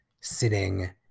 sitting